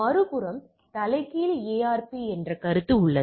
மறுபுறம் தலைகீழ் ARP என்ற கருத்து உள்ளது